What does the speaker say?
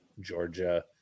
Georgia